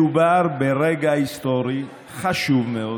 מדובר ברגע היסטורי חשוב מאוד.